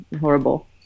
Horrible